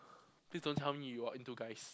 please don't tell me you are into guys